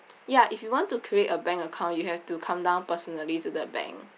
ya if you want to create a bank account you have to come down personally to the bank